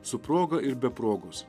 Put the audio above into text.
su proga ir be progos